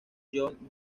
john